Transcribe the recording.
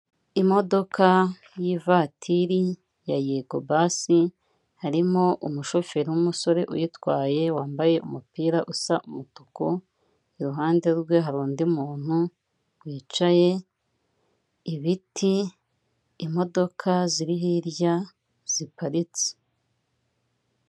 Imodoka y'ivatiri ya Yego basi, harimo umushoferi w'umusore uyitwaye, wambaye umupira usa umutuku, iruhande rwe hari undi muntu wicaye, ibiti, imodoka ziri hirya ziparitse.